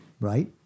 right